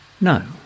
No